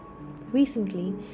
Recently